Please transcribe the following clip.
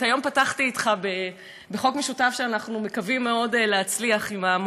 את היום פתחתי אתך בחוק משותף שאנחנו מקווים מאוד להצליח בו,